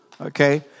okay